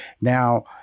Now